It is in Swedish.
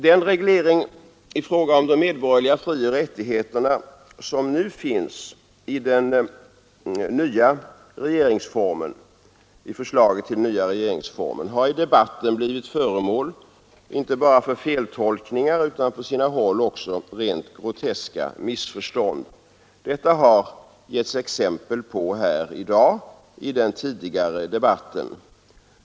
Den reglering i fråga om de medborgerliga frioch rättigheterna som nu finns i förslaget till den nya regeringsformen har i debatten blivit föremål inte bara för feltolkningar utan på sina håll också för rent groteska missförstånd. Det har givits exempel härpå i dag i den tidigare debatten.